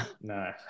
No